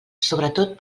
sobretot